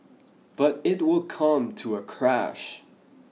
but it will come to a crash